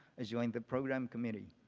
joined the program committee.